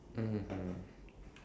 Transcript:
mmhmm